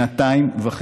שנתיים וחצי.